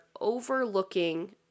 overlooking